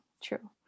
true